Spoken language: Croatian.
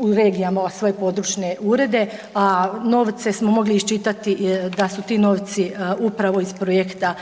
u regijama svoje područne urede, a novce smo mogli iščitati da su ti novci upravo iz projekta